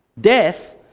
death